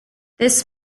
this